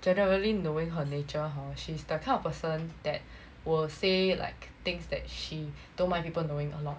generally knowing her nature hor she's the kind of person that will say like things that she don't mind people knowing a lot